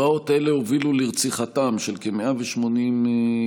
פרעות אלה הובילו לרציחתם של כ-180 יהודים,